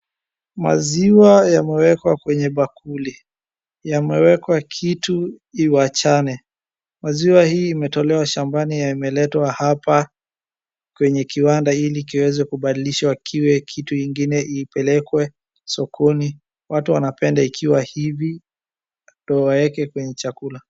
Maziwa yamewekwa kwenye bakuli, yamewekwa kitu iwachane, maziwa hii imetolewa shambani yameletwa hapa kwenye kiwanda ili kiweze kubadilishwa kiwe kitu ingine ipelekwe sokoni, watu wanapenda ikiwa hivi ndio waeke kwenye chakula.